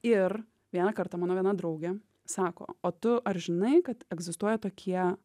ir vieną kartą mano viena draugė sako o tu ar žinai kad egzistuoja tokie